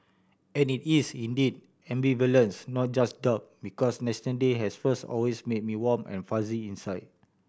and it is indeed ambivalence not just doubt because National Day has first always made me warm and fuzzy inside